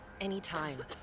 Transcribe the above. anytime